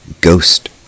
ghost